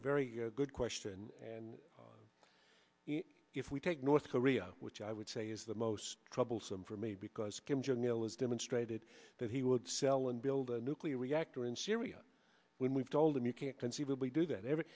very good question and if we take north korea which i would say is the most troublesome for me because kim jong il has demonstrated that he would sell and build a nuclear reactor in syria when we've told him you can't conceivably do that every